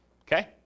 okay